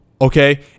Okay